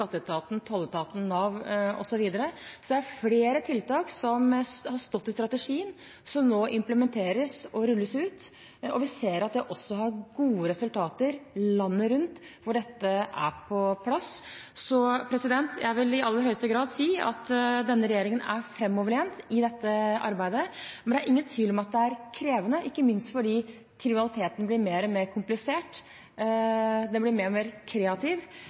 rulles ut, og vi ser at det også har gode resultater landet rundt hvor dette er på plass. Så jeg vil i aller høyeste grad si at denne regjeringen er fremoverlent i dette arbeidet, men det er ingen tvil om at det er krevende, ikke minst fordi kriminaliteten blir mer og mer komplisert, den blir mer og mer kreativ,